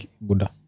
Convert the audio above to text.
Buddha